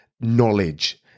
knowledge